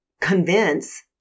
Convince